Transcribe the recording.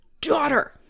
daughter